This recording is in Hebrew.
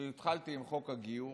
כשהתחלתי עם חוק הגיור